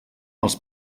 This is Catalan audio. els